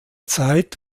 zeit